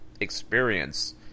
experience